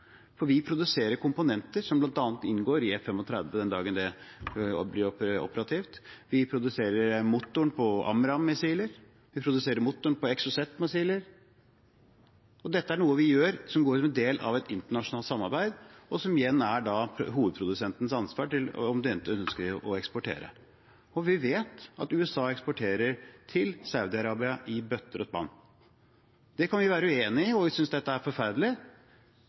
for vi produserer komponenter som bl.a. inngår i F-35 den dagen det blir operativt. Vi produserer motoren til AMRAAM-missiler, vi produserer motoren til Exocet-missiler. Dette er noe vi gjør som en del av et internasjonalt samarbeid, og det er hovedprodusentens ansvar om de ønsker å eksportere. Vi vet at USA eksporterer til Saudi-Arabia i bøtter og spann. Det kan vi være uenig i og synes er forferdelig.